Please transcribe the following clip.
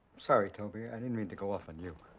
sorry, toby. i didn't mean to go off on you.